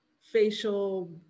facial